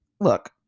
Look